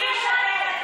רק את מבינה,